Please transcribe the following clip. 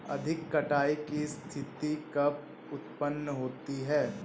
अधिक कटाई की स्थिति कब उतपन्न होती है?